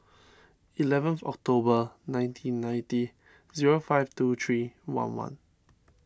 eleventh October nineteen ninety zero five two three one one